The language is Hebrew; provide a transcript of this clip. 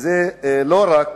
וזה לא רק